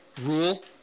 rule